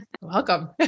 Welcome